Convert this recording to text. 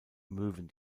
möwen